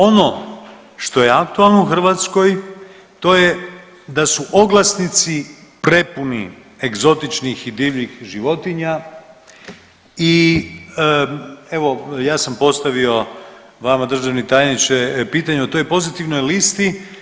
Ono što je aktualno u Hrvatskoj to je da su oglasnici prepuni egzotičnih i divljih životinja i evo ja sam postavio vama državni tajniče pitanje o toj pozitivnoj listi.